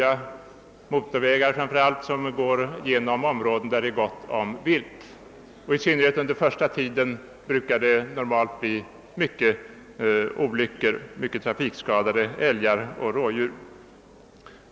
Framför allt är antalet olyckor stort på vägar som går genom områden, där det är gott om vilt, och särskilt hög brukar olycksfrekvensen vara under den första tiden efter vägens färdigställande, med en mängd trafikskadade älgar och rådjur som följd.